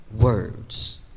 words